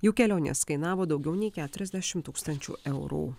jų kelionės kainavo daugiau nei keturiasdešim tūkstančių eurų